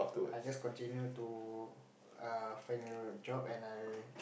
I just continue to err find a job and I